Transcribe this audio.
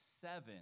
seven